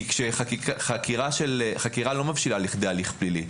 כי כשחקירה לא מבשילה לכדי הליך פלילי,